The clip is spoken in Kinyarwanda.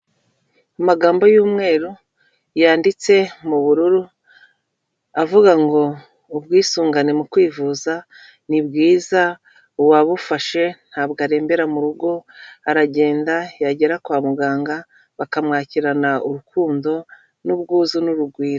Amagambo y'umweru yanditse mu bururu, avuga ngo ubwisungane mu kwivuza ni bwiza, uwabufashe ntabwo arembera mu rugo, aragenda yagera kwa muganga, bakamwakirana urukundo n'ubwuzu n'urugwiro.